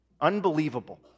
Unbelievable